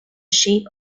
shape